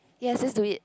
yes just do it